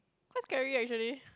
quite scary actually